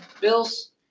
Bills